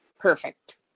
perfect